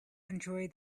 enjoy